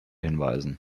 hinweisen